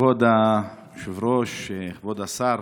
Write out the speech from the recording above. כבוד היושב-ראש, כבוד השר,